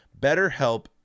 BetterHelp